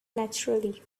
naturally